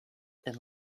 and